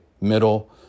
middle